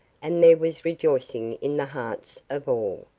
and there was rejoicing in the hearts of all.